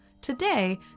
Today